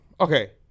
Okay